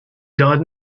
died